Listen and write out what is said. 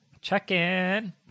check-in